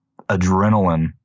adrenaline –